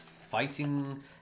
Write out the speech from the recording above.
fighting